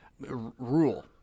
rule